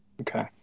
Okay